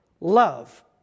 love